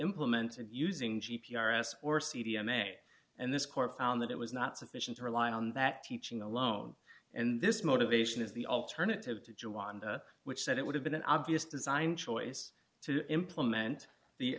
implemented using g p r s or c d m a and this court found that it was not sufficient to rely on that teaching alone and this motivation is the alternative to jawan which said it would have been an obvious design choice to implement the